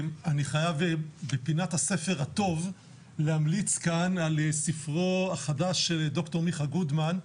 אני חייב בפינת הספר הטוב להמליץ כאן על ספרו החדש של ד"ר מיכה גודמן,